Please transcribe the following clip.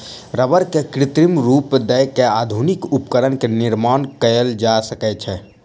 रबड़ के कृत्रिम रूप दय के आधुनिक उपकरण के निर्माण कयल जा सकै छै